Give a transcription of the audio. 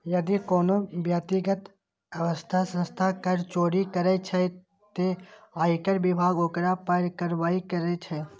यदि कोनो व्यक्ति अथवा संस्था कर चोरी करै छै, ते आयकर विभाग ओकरा पर कार्रवाई करै छै